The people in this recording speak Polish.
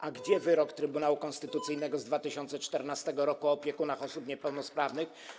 A gdzie wyrok Trybunału Konstytucyjnego z 2014 r. o opiekunach osób niepełnosprawnych?